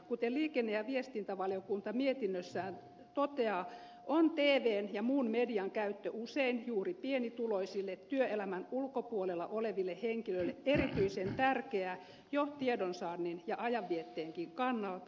kuten liikenne ja viestintävaliokunta mietinnössään toteaa on tvn ja muun median käyttö usein juuri pienituloisille työelämän ulkopuolella oleville henkilöille erityisen tärkeää jo tiedonsaannin ja ajanvietteenkin kannalta